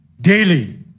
daily